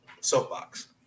soapbox